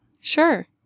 Sure